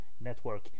Network